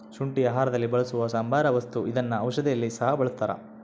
ಶುಂಠಿ ಆಹಾರದಲ್ಲಿ ಬಳಸುವ ಸಾಂಬಾರ ವಸ್ತು ಇದನ್ನ ಔಷಧಿಯಲ್ಲಿ ಸಹ ಬಳಸ್ತಾರ